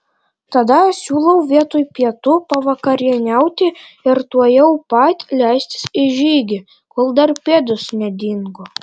tada siūlau vietoj pietų pavakarieniauti ir tuojau pat leistis į žygį kol dar pėdos nedingo